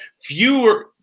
fewer